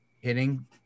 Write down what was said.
hitting